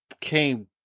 came